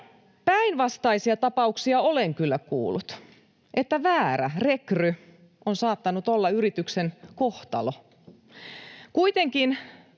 Päinvastaisia tapauksia olen kyllä kuullut, että väärä rekry on saattanut olla yrityksen kohtalo. Kuitenkin